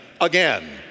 again